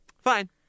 Fine